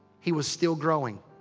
he was still growing.